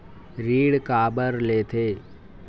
ऋण काबर लेथे?